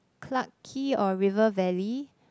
Clarke-Quay or River-Valley